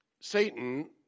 Satan